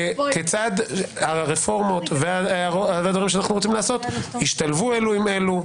כיצד הרפורמות והרבה דברים שאנחנו רוצים לעשות ישתלבו אלו עם אלו,